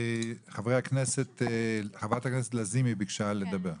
חברת הכנסת לזימי ביקשה לדבר.